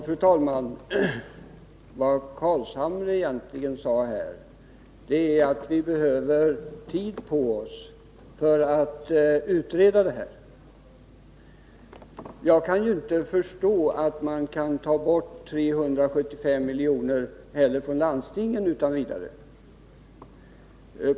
Fru talman! Vad Nils Carlshamre egentligen sade är att vi behöver tid på oss för att utreda saken. Jag kan inte förstå att man utan vidare kan ta bort 375 miljoner från landstingen heller.